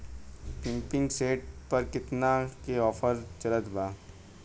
Pumping set पर केतना के ऑफर चलत बा?